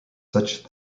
such